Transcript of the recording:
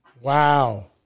Wow